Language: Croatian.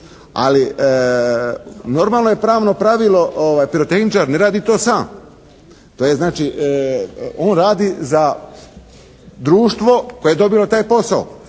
Ali, normalno je pravno pravilo, pirotehničar ne radi to sam. To je znači, on radi za društvo, koje je odobrilo taj posao.